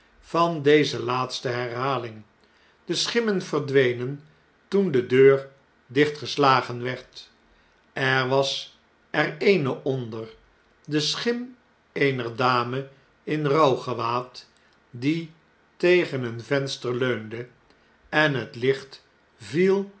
van deze laatste herhaling de schimmen verdwenen toen de deur dichtgeslagen werd er was er eene onder de schim eener dame in rouwgewaad die tegen een venster leunde en het licht viel